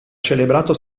celebrato